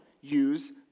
use